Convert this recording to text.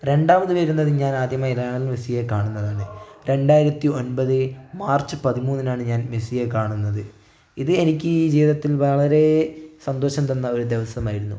രണ്ടാമത് വരുന്നത് ഞാൻ ആദ്യമായി ലയണൽ മെസ്സിയെ കാണുന്നത് രണ്ടായിരത്തി ഒൻപത് മാർച്ച് പതിമൂന്നിനാണ് ഞാൻ മെസ്സിയെ കാണുന്നത് ഇത് എനിക്ക് ഈ ജീവിതത്തിൽ വളരെ സന്തോഷം തന്ന ഒരു ദിവസമായിരുന്നു